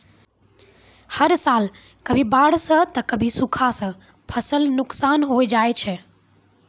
हर साल कभी बाढ़ सॅ त कभी सूखा सॅ फसल नुकसान होय जाय छै